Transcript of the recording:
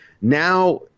Now